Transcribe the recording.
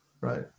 Right